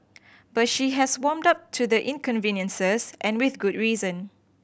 but she has warmed up to the inconveniences and with good reason